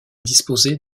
disposer